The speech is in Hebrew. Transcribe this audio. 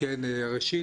ראשית,